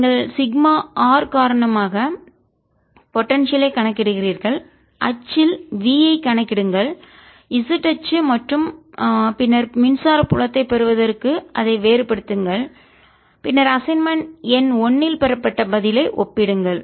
நீங்கள் sigma r காரணமாக potential ஐ கணக்கிடுகிறீர்கள் அச்சில் v ஐக் கணக்கிடுங்கள் z அச்சு மற்றும் பின்னர் மின்சார புலத்தைப் பெறுவதற்கு அதை வேறுபடுத்துங்கள் பின்னர் அசைன்மென்ட் எண் 1 இல் பெறப்பட்ட பதிலை ஒப்பிடுங்கள்